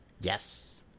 Yes